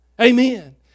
Amen